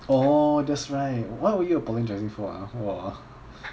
orh that's right what were you apologising for ah !wah!